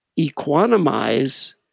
equanimize